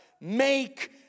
make